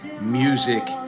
music